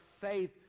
faith